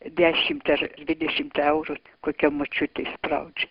dešimt ar dvidešimt eurų kokia močiutė įspraudžia